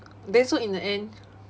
then so in the end